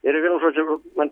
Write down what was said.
ir vienu žodžiu man